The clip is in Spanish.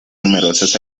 numerosas